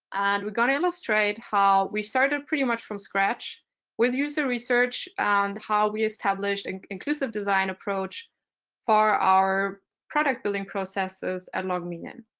we're going illustrate how we started pretty much from scratch with user research and how we established an and inclusive design approach for our product building processes at log me in.